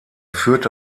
führte